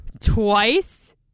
Twice